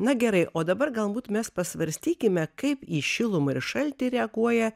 na gerai o dabar galbūt mes pasvarstykime kaip į šilumą ir šaltį reaguoja